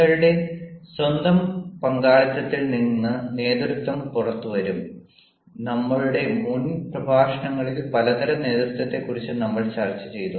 നിങ്ങളുടെ സ്വന്തം പങ്കാളിത്തത്തിൽ നിന്ന് നേതൃത്വം പുറത്തുവരും നമ്മളുടെ മുൻ പ്രഭാഷണത്തിൽ പലതരം നേതൃത്വത്തെക്കുറിച്ച് നമ്മൾ ചർച്ചചെയ്തു